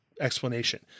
explanation